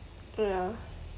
ya